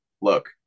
look